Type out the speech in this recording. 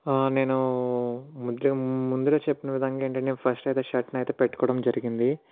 నేను ముద్యం ముందర చెప్పిన విధంగా ఏంటంటే నేను ఫస్ట్ అయితే షర్ట్ని అయితే పెట్టుకోవడం జరిగింది